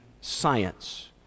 science